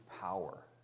power